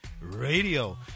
Radio